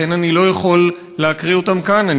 ולכן אני לא יכול להקריא את שמותיהם כאן.